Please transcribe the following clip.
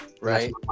Right